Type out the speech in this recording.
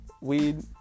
weed